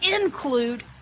include